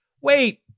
wait